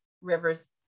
rivers